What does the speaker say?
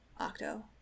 Octo